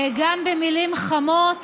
גם במילים חמות